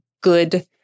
good